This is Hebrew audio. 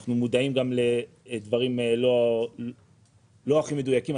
אנחנו מודעים גם לדברים לא הכי מדויקים.